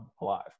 alive